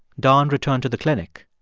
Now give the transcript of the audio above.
don return to the clinic,